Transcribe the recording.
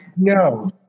No